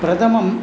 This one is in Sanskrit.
प्रथमम्